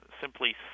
simply